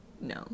No